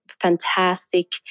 fantastic